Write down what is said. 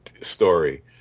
story